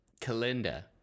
Kalinda